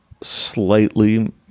Slightly